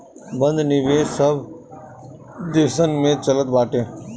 बंध निवेश सब देसन में चलत बाटे